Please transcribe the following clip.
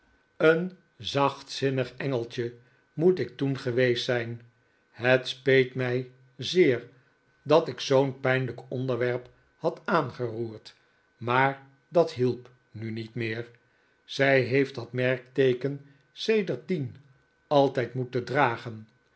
een zachtzinnig engeltje moet ik toen geweest zijn het speet mij zeer dat ik zoo'n pijnlijk onderwerp had aangeroerd maar dat hielp nu niet meer zij heeft dat merkteekert sedertdien altijd moeten dragen